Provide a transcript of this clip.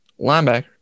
linebacker